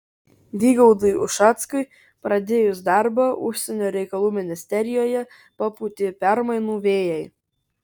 vygaudui ušackui pradėjus darbą užsienio reikalų ministerijoje papūtė permainų vėjai